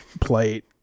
plate